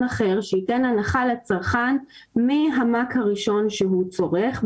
אחר שייתן הנחה לצרכן מהמ"ק הראשון שהוא צורך,